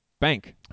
bank